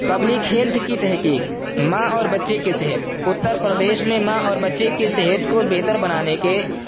public health کی تحقیق ماں اور بچے کی صحت اترپردیش میں ماں اور بچے کی صحت کو بہتر بنانے کے